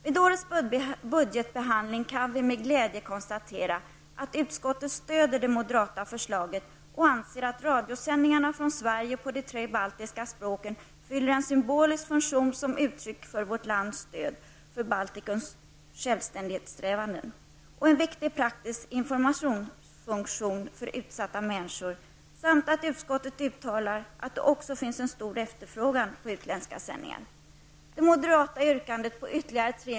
Vid årdets budgetbehandling har vi med glädje kunnat konstatera att utskottet stöder det moderata förslaget och anser att radiosändningarna från Sverige på de tre baltiska språken fyller en symbolisk funktion som uttryck för vårt lands stöd för Baltikums självständighetssträvanden och en viktig praktisk informationsfunktion för utsatta människor. Utskottet uttalar även att det finns en stor efterfrågan på utländska sändningar.